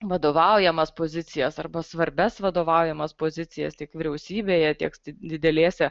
vadovaujamas pozicijas arba svarbias vadovaujamas pozicijas tiek vyriausybėje tiek didelėse